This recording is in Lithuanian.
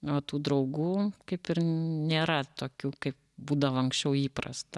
o tų draugų kaip ir nėra tokių kai būdavo anksčiau įprasta